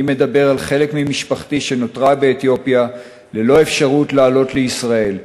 אני מדבר על חלק ממשפחתי שנותרה באתיופיה ללא אפשרות לעלות לישראל.